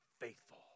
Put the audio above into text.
faithful